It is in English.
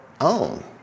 own